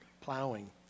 plowing